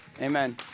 Amen